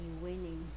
winning